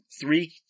three